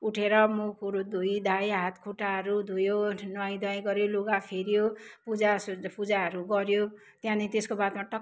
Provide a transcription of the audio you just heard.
उठेर मुखहुरू धोइधाइ हातखुट्टाहरू धोयो नुहाइधुवाइ गऱ्यो लुगा फेऱ्यो पूजा सु पूजाहरू गऱ्यो त्यहाँनिर त्यसको बादमा टक्कै